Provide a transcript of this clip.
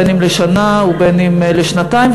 בין אם לשנה ובין אם לשנתיים.